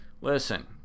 Listen